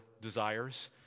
desires